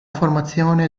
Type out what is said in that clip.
formazione